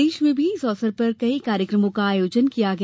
प्रदेश में भी इस अवसर पर कई कार्यक्रमों का आयोजन किया गया